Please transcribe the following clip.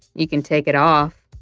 you can take it off.